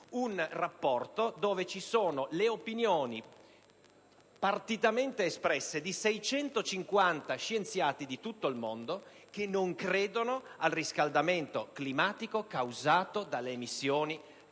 un rapporto contenente le opinioni partitamente espresse da 650 scienziati di tutto il mondo, che non credono al riscaldamento climatico causato dalle emissioni delle